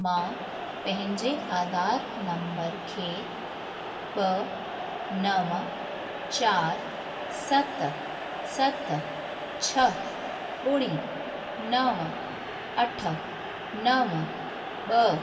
मां पंहिंजे आधार नम्बर खे ॿ नवं चार सत सत छह ॿुड़ी नवं अठ नवं ॿ